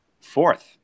fourth